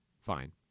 fine